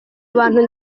abantu